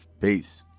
Peace